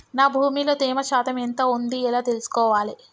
నా భూమి లో తేమ శాతం ఎంత ఉంది ఎలా తెలుసుకోవాలే?